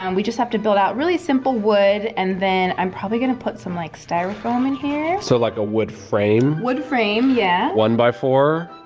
um we just have to build out really simple wood and then i'm probably gonna put some like styrofoam in here so like a wood frame? wood frame yeah. one by four.